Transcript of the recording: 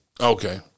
Okay